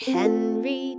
Henry